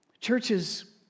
churches